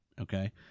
okay